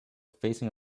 facing